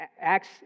acts